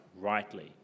rightly